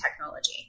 technology